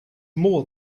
more